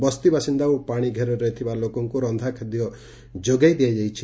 ବସ୍ତିବାସିନ୍ଦା ଓ ପାଣି ଘେରରେ ଥିବା ଲୋକଙ୍କୁ ରନ୍ଧାଖାଦ୍ୟ ଦିଆଯାଇଛି